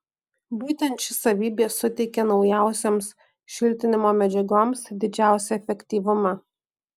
būtent ši savybė suteikia naujausioms šiltinimo medžiagoms didžiausią efektyvumą